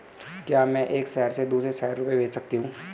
क्या मैं एक शहर से दूसरे शहर रुपये भेज सकती हूँ?